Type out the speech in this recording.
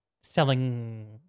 selling